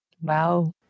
Wow